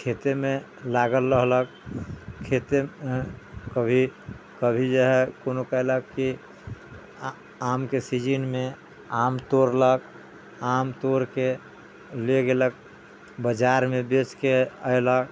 खेतेमे लागल रहलक खेते कभी कभी जे हइ कोनो कयलक कि आमके सिजिनमे आम तोड़लक आम तोड़िके ले गेलक बाजारमे बेचिके अयलक